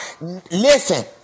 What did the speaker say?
listen